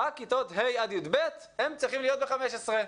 ורק כיתות ה' עד י"ב צריכים להיות עם 15 ילדים.